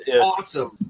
Awesome